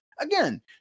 Again